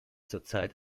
zurzeit